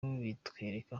bitwereka